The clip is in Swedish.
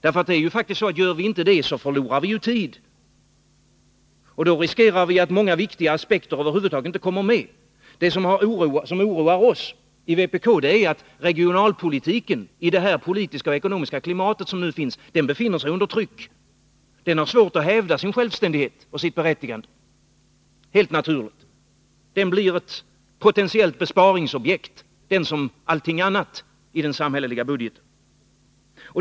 Gör man inte det, förlorar man tid och riskerar att många viktiga aspekter över huvud taget inte kommer med. Det som oroar oss i vpk är att regionalpolitiken, i det nuvarande politiska och ekonomiska klimatet, befinner sig under tryck. Den har helt naturligt svårt att hävda sin självständighet och sitt berättigande. Den blir ett potentiellt besparingsobjekt — den som allting annat i den samhälleliga budgeten.